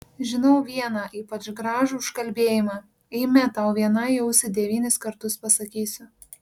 žinau vieną ypač gražų užkalbėjimą eime tau vienai į ausį devynis kartus pasakysiu